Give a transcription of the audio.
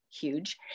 huge